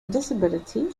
disability